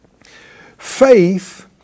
Faith